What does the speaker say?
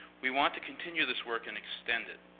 we want to continue this work and extend it.